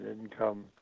income